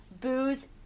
booze